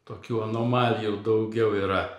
tokių anomalijų daugiau yra